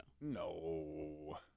No